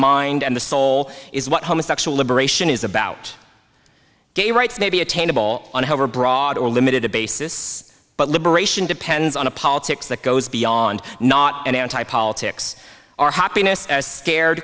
mind and the soul is what homosexuals liberation is about gay rights may be attainable an overbroad or limited a basis but liberation depends on a politics that goes beyond not anti politics our happiness scared